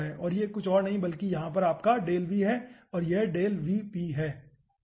तो यह और कुछ नहीं बल्कि यहाँ पर आपका है और यह है ठीक है